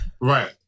Right